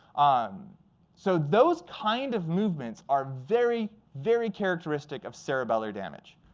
um so those kind of movements are very, very characteristic of cerebellar damage.